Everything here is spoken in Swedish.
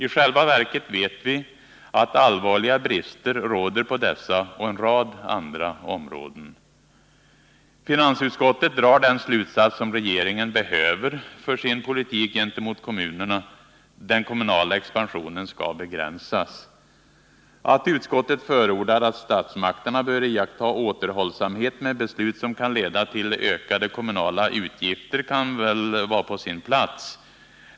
I själva verket vet vi att allvarliga brister råder på dessa och en rad andra områden. Finansutskottet drar den slutsats som regeringen behöver för sin politik gentemot kommunerna. Den kommunala expansionen skall begränsas. Att utskottet förordar att statsmakterna bör iaktta återhållsamhet med beslut som kan leda till en ökning av de kommunala utgifterna kan väl vara på sin plats.